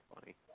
funny